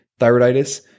thyroiditis